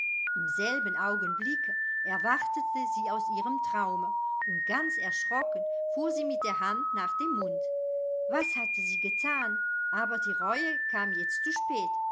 im selben augenblicke erwachte sie aus ihrem traume und ganz erschrocken fuhr sie mit der hand nach dem mund was hatte sie gethan aber die reue kam jetzt zu spät